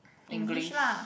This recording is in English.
English